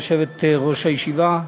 יושבת-ראש הישיבה,